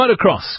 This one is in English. motocross